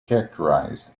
characterized